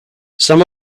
some